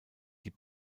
die